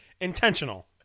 intentional